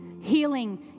healing